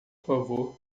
favor